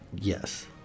Yes